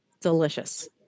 Delicious